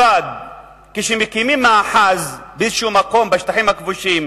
כשמקימים מאחז באיזה מקום בשטחים הכבושים,